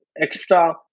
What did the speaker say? extra